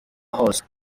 hose